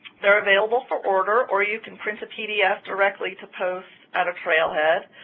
they're available for order, or you can print a pdf directly to post at a trail head.